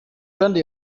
kandi